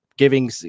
Giving